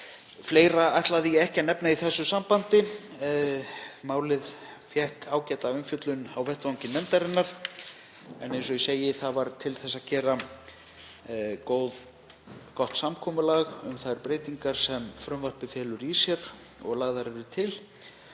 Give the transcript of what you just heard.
Fleira ætlaði ég ekki að nefna í þessu sambandi. Málið fékk ágæta umfjöllun á vettvangi nefndarinnar og var til þess að gera gott samkomulag um þær breytingar sem frumvarpið felur í sér og lagðar eru til.